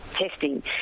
testing